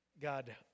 God